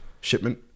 shipment